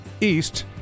east